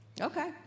Okay